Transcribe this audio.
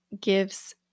gives